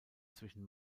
zwischen